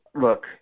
Look